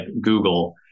Google